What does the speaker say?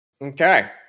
Okay